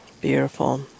Beautiful